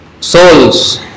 souls